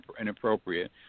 inappropriate